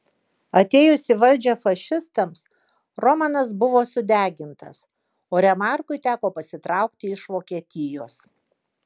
atėjus į valdžią fašistams romanas buvo sudegintas o remarkui teko pasitraukti iš vokietijos